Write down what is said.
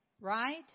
Right